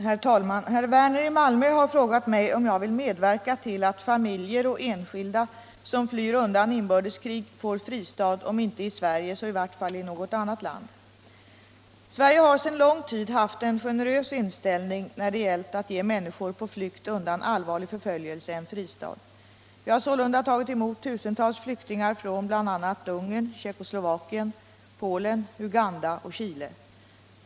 Herr talman! Herr Werner i Malmö har frågat mig om jag vill medverka till att familjer och enskilda, som flyr undan inbördeskrig, får fristad - om inte i Sverige så i vart fall i något annat land. Sverige har sedan lång tid haft en generös inställning när det har gällt att ge människor på flykt undan allvarlig förföljelse en fristad. Vi har sålunda tagit emot tusentals flyktingar från bl.a. Ungern, Tjeckoslovakien, Polen. Uganda och Chile.